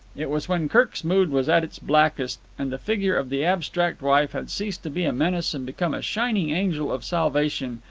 it was when kirk's mood was at its blackest, and the figure of the abstract wife had ceased to be a menace and become a shining angel of salvation,